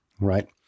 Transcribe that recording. right